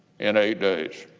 in eight days.